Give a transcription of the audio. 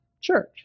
church